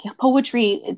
poetry